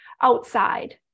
outside